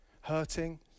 hurting